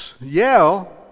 yell